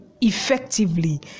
effectively